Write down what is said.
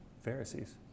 Pharisees